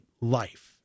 life